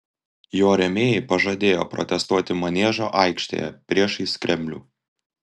jo rėmėjai pažadėjo protestuoti maniežo aikštėje priešais kremlių